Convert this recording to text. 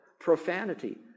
profanity